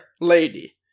lady